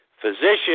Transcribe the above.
physician